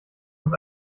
uns